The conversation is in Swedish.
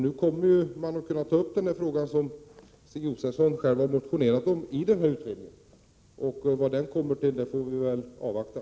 Nu kommer man att kunna ta upp denna fråga, som Stig Josefson själv har motionerat om, i utredningen. Vi får väl avvakta vad utredningen kommer fram till.